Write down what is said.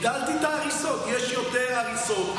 הגדלתי את ההריסות, יש יותר הריסות.